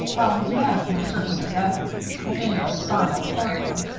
while his manners were certainly better at any rate, far more cordial.